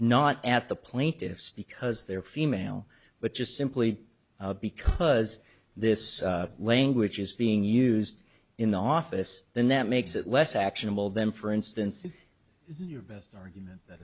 not at the plaintiffs because they're female but just simply because this language is being used in the office then that makes it less actionable them for instance in your best argument that